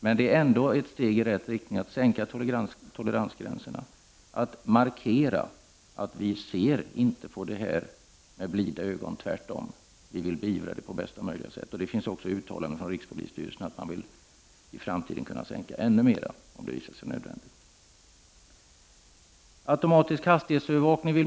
Men det är ändå ett steg i rätt riktning att markera att vi inte ser på dessa med blida ögon, utan tvärtom vill beivra dem på bästa möjliga sätt. Det har också gjorts uttalanden om att man i framtiden vill sänka ännu mera. Man vill börja prova automatisk hastighetsövervakning.